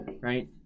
right